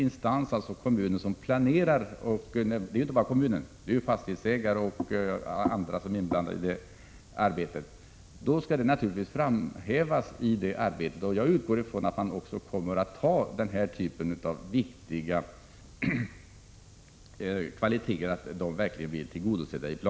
När det gäller kommunens, fastighetsägarnas och andras planläggningsarbete, utgår jag naturligtvis ifrån att de här viktiga kvaliteterna blir tillgodosedda.